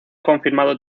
confirmado